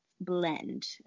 blend